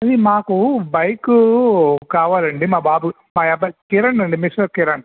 అది మాకు బైకు కావాలండి మా బాబు మా అబ్బాయి కిరణ్ అండి మిస్టర్ కిరణ్